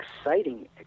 exciting